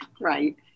right